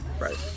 Right